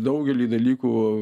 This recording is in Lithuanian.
daugelį dalykų